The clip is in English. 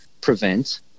prevent